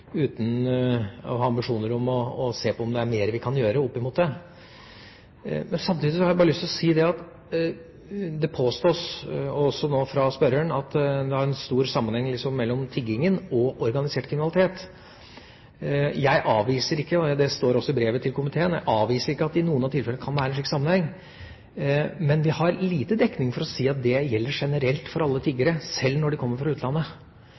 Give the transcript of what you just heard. uten å ha ambisjoner om å se på om det er mer vi kan gjøre opp mot det. Samtidig har jeg lyst til å si når det påstås også nå fra spørreren at det er en stor sammenheng mellom tigging og organisert kriminalitet, at jeg avviser ikke, og det står også i brevet til komiteen, at det i noen av tilfellene kan være en slik sammenheng, men vi har liten dekning for å si at det gjelder generelt for alle tiggere, selv når de kommer fra utlandet.